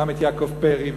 גם את יעקב פרי,